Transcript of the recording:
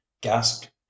gasped